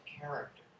character